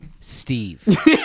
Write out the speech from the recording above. Steve